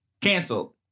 Canceled